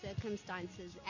circumstances